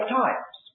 times